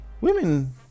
women